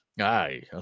Aye